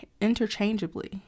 interchangeably